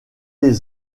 les